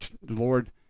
Lord